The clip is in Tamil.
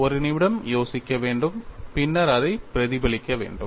ஒரு நிமிடம் யோசிக்க வேண்டும் பின்னர் அதைப் பிரதிபலிக்க வேண்டும்